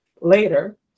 Later